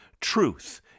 truth